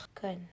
good